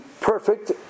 perfect